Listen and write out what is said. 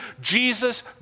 Jesus